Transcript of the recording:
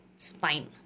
spine